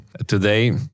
Today